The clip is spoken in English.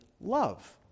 love